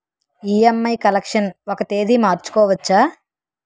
EMI collection ఒక తేదీ మార్చుకోవచ్చా?